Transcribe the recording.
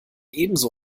ebenso